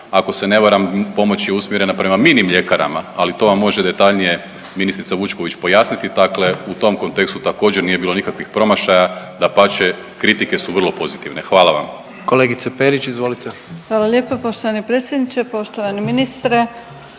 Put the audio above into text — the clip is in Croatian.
ako se ne varam pomoć je usmjerena prema mini mljekarama, ali to vam može detaljnije ministrica Vučković pojasniti. Dakle, u tom kontekstu također nije bilo nikakvih promašaja, dapače kritike su vrlo pozitivne. Hvala vam. **Jandroković, Gordan (HDZ)** Kolegice Perić, izvolite. **Perić, Grozdana (HDZ)** Hvala lijepo poštovani predsjedniče. Poštovani ministre,